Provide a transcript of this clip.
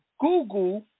Google